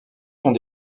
sont